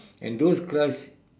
and those crust